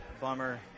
Bummer